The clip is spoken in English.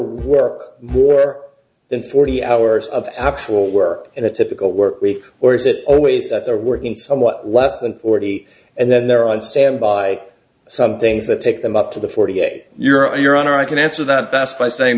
work more than forty hours of actual work in a typical work week or is it always that they're working somewhat less than forty and then they're on standby some things that take them up to the forty eight you're on your honor i can answer that best by saying